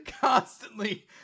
constantly